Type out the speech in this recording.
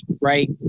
right